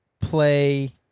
play